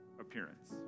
appearance